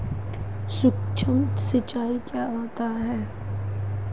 सुक्ष्म सिंचाई क्या होती है?